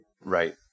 Right